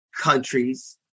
countries